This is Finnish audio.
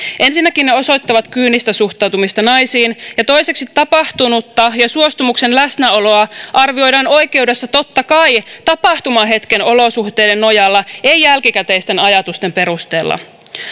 ensinnäkin ne osoittavat kyynistä suhtautumista naisiin ja toiseksi tapahtunutta ja suostumuksen läsnäoloa arvioidaan oikeudessa totta kai tapahtumahetken olosuhteiden nojalla ei jälkikäteisten ajatusten perusteella